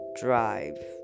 drive